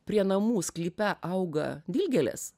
prie namų sklype auga dilgėlės